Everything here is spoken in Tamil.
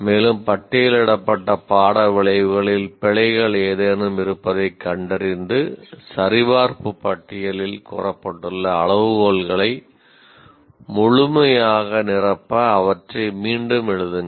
மேலும் பட்டியலிடப்பட்ட பாட விளைவுகளில் பிழைகள் ஏதேனும் இருப்பதைக் கண்டறிந்து சரிபார்ப்பு பட்டியலில் கூறப்பட்டுள்ள அளவுகோல்களை முழுமையாக நிரப்ப அவற்றை மீண்டும் எழுதுங்கள்